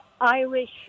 Irish